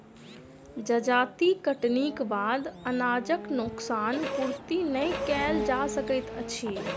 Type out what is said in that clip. जजाति कटनीक बाद अनाजक नोकसान पूर्ति नै कयल जा सकैत अछि